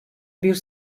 bir